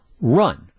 run